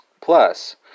plus